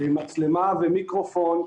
מצלמה ומיקרופון,